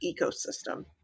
ecosystem